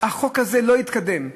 החוק הזה לא התקדם,